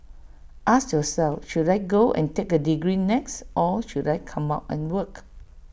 ask yourself should I go and take A degree next or should I come out and work